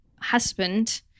husband